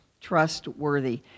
trustworthy